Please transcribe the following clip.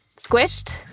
squished